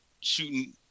shooting